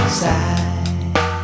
side